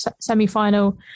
semi-final